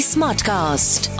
Smartcast